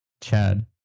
Chad